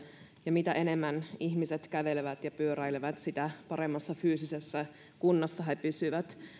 ja mitä enemmän ihmiset kävelevät ja pyöräilevät sitä paremmassa fyysisessä kunnossa he pysyvät